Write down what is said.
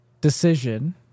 decision